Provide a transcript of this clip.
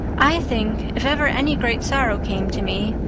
i think, if ever any great sorrow came to me,